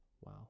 wow